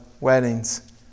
weddings